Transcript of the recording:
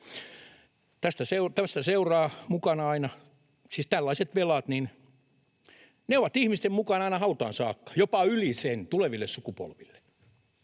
ja velkataakkana. Tällaiset velat ovat ihmisten mukana aina hautaan saakka, jopa yli sen tuleville sukupolville.